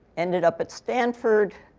ended up at stanford,